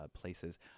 places